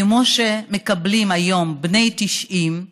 כמו שמקבלים היום בני 90,